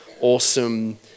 awesome